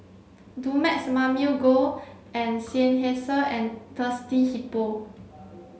Dumex Mamil Gold Seinheiser and Thirsty Hippo